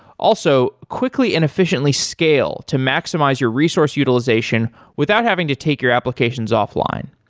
also, quickly and efficiently scale to maximize your resource utilization without having to take your applications offline.